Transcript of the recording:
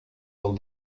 del